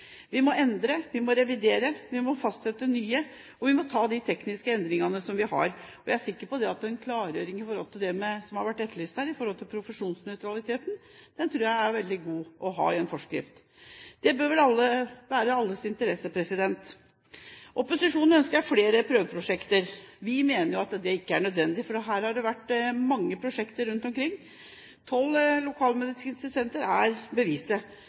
Vi må endre, vi må revidere, vi må fastsette nye, og vi må ta de tekniske endringene. Jeg er sikker på at en klargjøring av det som har vært etterlyst her i forhold til profesjonsnøytralitet, er veldig godt å ha i en forskrift. Det bør vel være i alles interesse. Opposisjonen ønsker flere prøveprosjekter. Vi mener at det ikke er nødvendig, for her har det vært mange prosjekter rundt omkring. Tolv lokalmedisinske sentre er beviset.